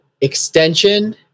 extension